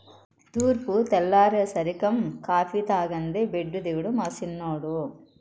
తూర్పు తెల్లారేసరికం కాఫీ తాగందే బెడ్డు దిగడు మా సిన్నోడు